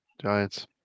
Giants